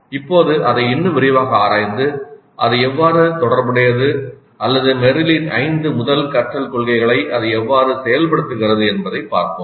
இப்போது அதை இன்னும் விரிவாக ஆராய்ந்து அது எவ்வாறு தொடர்புடையது அல்லது மெர்ரிலின் ஐந்து முதல் கற்றல் கொள்கைகளை அது எவ்வாறு செயல்படுத்துகிறது என்பதைப் பார்ப்போம்